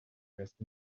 dressed